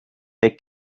take